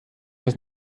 das